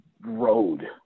road